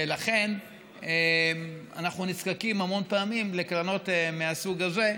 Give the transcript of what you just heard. ולכן אנחנו נזקקים המון פעמים לקרנות מהסוג הזה.